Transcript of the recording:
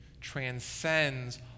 transcends